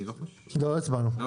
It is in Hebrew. לא, לא, לא,